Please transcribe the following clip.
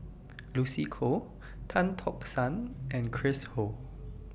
Lucy Koh Tan Tock San and Chris Ho